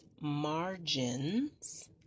margins